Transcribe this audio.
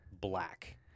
black